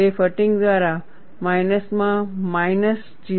તે ફટીગ દ્વારા માઇનસમાં માઇનસ 0